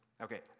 Okay